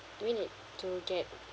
we need to get